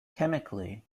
chemically